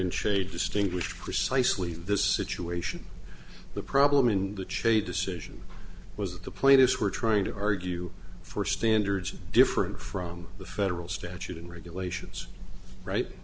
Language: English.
in shade distinguish precisely this situation the problem in which a decision was that the plaintiffs were trying to argue for standards different from the federal statute in regulations right